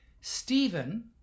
Stephen